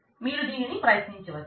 మీరు దీనిని ప్రయత్నించవచ్చు